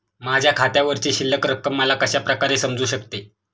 माझ्या खात्यावरची शिल्लक रक्कम मला कशा प्रकारे समजू शकते?